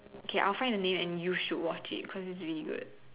okay I'll find the name and you should watch it cause it's really good